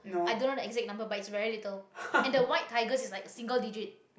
i don't know the exact number but it's very little and the white tigers is like single digit